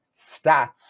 stats